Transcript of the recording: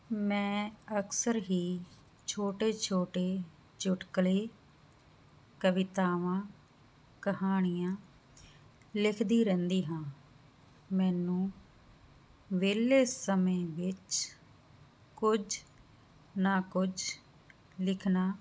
ਮੈਂ ਅਕਸਰ ਹੀ ਛੋਟੇ ਛੋਟੇ ਚੁਟਕਲੇ ਕਵਿਤਾਵਾਂ ਕਹਾਣੀਆਂ ਲਿਖਦੀ ਰਹਿੰਦੀ ਹਾਂ ਮੈਨੂੰ ਵਿਹਲੇ ਸਮੇਂ ਵਿੱਚ ਕੁਝ ਨਾ ਕੁਝ ਲਿਖਣਾ